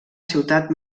ciutat